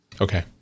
Okay